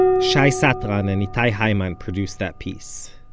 shai satran and and itai hyman produced that piece.